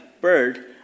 bird